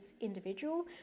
individual